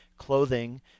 clothing